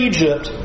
Egypt